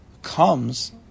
comes